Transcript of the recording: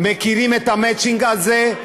מכירים את המצ'ינג הזה,